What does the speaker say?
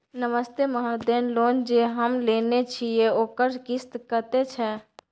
नमस्ते महोदय, लोन जे हम लेने छिये ओकर किस्त कत्ते छै?